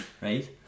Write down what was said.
Right